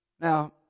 Now